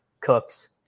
Cooks